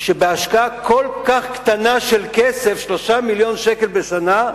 שבהשקעה כל כך קטנה של כסף, 3 מיליוני שקלים בשנה,